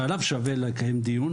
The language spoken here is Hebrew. שעליו שווה לקיים דיון